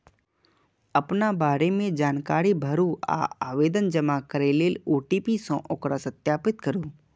अपना बारे मे जानकारी भरू आ आवेदन जमा करै लेल ओ.टी.पी सं ओकरा सत्यापित करू